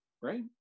right